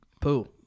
Pooh